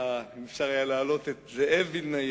אם אפשר היה להעלות את זאב וילנאי,